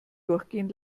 durchgehen